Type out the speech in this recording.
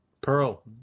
Pearl